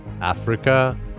Africa